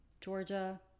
Georgia